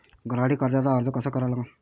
घरासाठी कर्जाचा अर्ज कसा करा लागन?